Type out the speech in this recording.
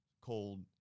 cold